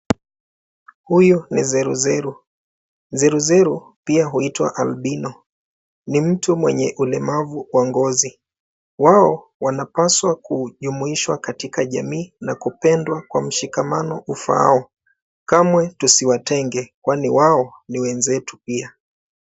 Huyu ni zeru zeru. zeru zetu pia huitwa albino. Ni mtu mwenye ulemavu wa ngozi. Wao wanapaswa kujumuishwa katika jamii, na kupendwa kwa mshikamano ufaao. Kamwe tusiwatenge kwani wao ni wenzetu pia.